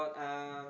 um